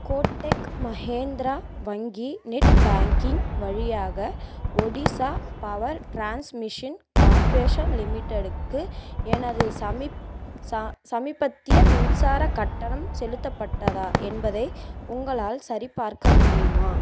codec Mahindra வங்கி net banking வழியாக Odisha power transmission corporation லிமிட்டெடுக்கு எனது சமீ ச சமீபத்திய மின்சாரக் கட்டணம் செலுத்தப்பட்டதா என்பதை உங்களால் சரிபார்க்க முடியுமா